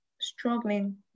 struggling